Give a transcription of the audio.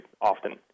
often